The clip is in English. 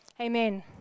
Amen